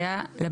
זה